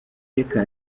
reka